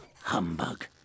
humbug